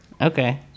Okay